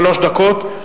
שלוש דקות,